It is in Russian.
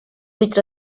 быть